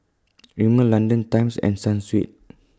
Rimmel London Times and Sunsweet